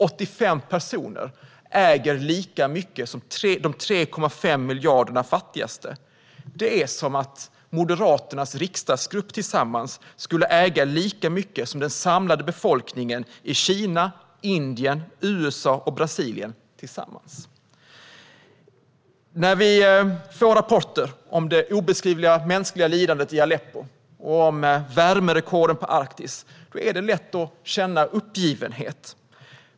85 personer äger lika mycket som de 3,5 miljarder fattigaste. Det är som om Moderaternas riksdagsgrupp tillsammans skulle äga lika mycket som den samlade befolkningen i Kina, Indien, USA och Brasilien. När vi får rapporter om det obeskrivliga mänskliga lidandet i Aleppo och om värmerekorden i Arktis är det lätt att känna uppgivenhet.